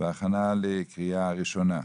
בהכנה לקריאה ראשונה.